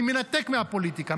אני מנתק מהפוליטיקה.